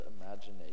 imagination